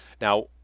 Now